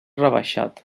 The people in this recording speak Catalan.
rebaixat